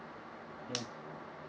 ya